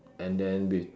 and then with